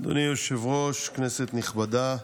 היושב-ראש, כנסת נכבדה,